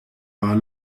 par